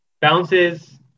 Bounces